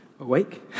awake